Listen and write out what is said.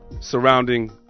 surrounding